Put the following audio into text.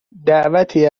دعوتی